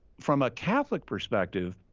from a catholic perspective,